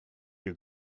your